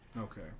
Okay